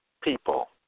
people